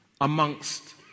amongst